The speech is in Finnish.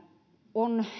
on